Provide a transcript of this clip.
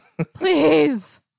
please